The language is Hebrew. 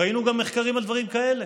ראינו גם מחקרים על דברים כאלה.